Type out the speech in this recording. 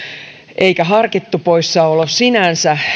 eikä harkittu poissaolo sinänsä